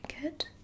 good